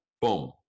boom